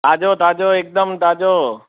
ताज़ो ताज़ो हिकदमु ताज़ो